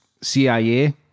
cia